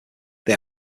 they